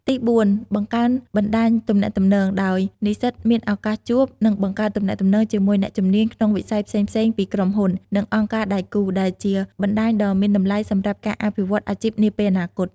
ទីបួន បង្កើនបណ្តាញទំនាក់ទំនង ដោយនិស្សិតមានឱកាសជួប និងបង្កើតទំនាក់ទំនងជាមួយអ្នកជំនាញក្នុងវិស័យផ្សេងៗពីក្រុមហ៊ុន និងអង្គការដៃគូ ដែលជាបណ្តាញដ៏មានតម្លៃសម្រាប់ការអភិវឌ្ឍអាជីពនាពេលអនាគត។